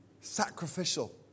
sacrificial